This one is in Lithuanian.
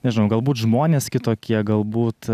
nežinau galbūt žmonės kitokie galbūt